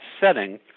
setting